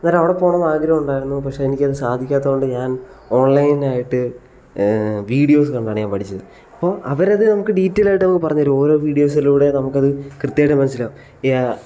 അന്നേരം അവിടെ പോകണമെന്ന് ആഗ്രഹമുണ്ടായിരുന്നു പക്ഷേ എനിക്ക് അത് സാധിക്കാത്തത് കൊണ്ട് ഞാൻ ഓൺലൈനായിട്ട് വീഡിയോസ് കണ്ടാണ് ഞാൻ പഠിച്ചത് അപ്പോൾ അവരത് നമുക്ക് ഡീറ്റൈലായിട്ട് നമുക്ക് പറഞ്ഞു തരും ഓരോ വീഡിയോസിലുടെ നമുക്ക് അത് കൃത്യമായിട്ട് മനസ്സിലാകും ഈ ആ